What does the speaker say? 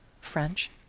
French